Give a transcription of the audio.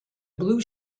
blue